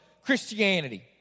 Christianity